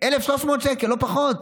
אז 1,300 שקל, לא פחות.